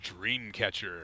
Dreamcatcher